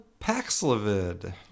Paxlovid